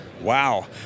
Wow